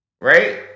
right